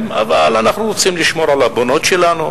אבל אנחנו רוצים לשמור על הבנות שלנו.